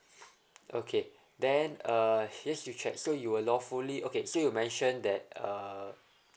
okay then uh here you check so you were lawfully okay so you mention that uh